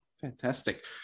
Fantastic